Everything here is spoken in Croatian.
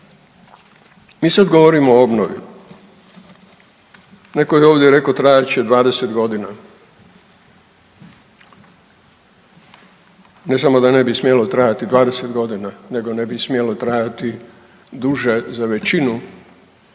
mi sad govorimo o obnovi, netko je ovdje rekao trajat će 20.g., ne samo da ne bi smjelo trajati 20.g., nego ne bi smjelo trajati duže za većinu